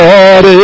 Lord